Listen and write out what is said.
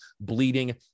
bleeding